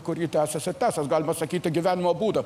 kuri tęsės tęsės galima sakyti gyvenimo būdo